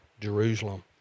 Jerusalem